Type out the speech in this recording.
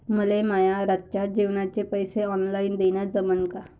मले माये रातच्या जेवाचे पैसे ऑनलाईन देणं जमन का?